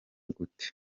gute